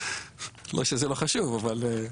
לא שזה לא חשוב אבל.